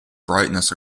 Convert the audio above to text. brightness